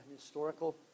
historical